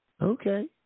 Okay